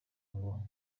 ngo